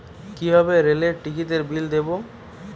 কিভাবে রেলের টিকিটের বিল দেবো?